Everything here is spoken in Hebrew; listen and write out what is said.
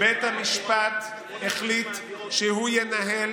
בית המשפט החליט שהוא ינהל